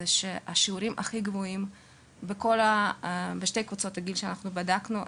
השיעורים הגבוהים ביותר בכל שתי קבוצות הגיל אותן בדקנו,